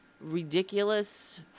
ridiculous